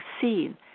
seen